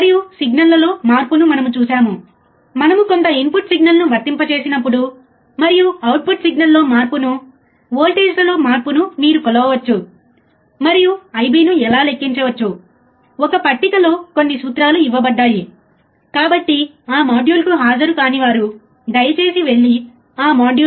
కాబట్టి మనం సిద్ధాంతం లో input offset voltage input offset current slew rate అంటే ఏమిటో నేర్చుకున్నాము